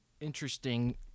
interesting